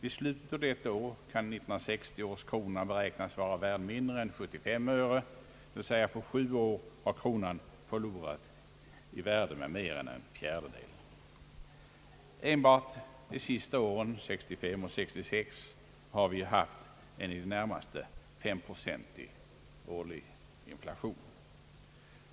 I slutet av detta år kan 1960 års krona beräknas vara värd mindre än 735 öre, d.v.s. på sju år har kronan förlorat i värde med mer än en fjärdedel. Enbart de senaste åren, 1965 och 1966, har vi haft en i det närmaste femprocentig årlig inflation.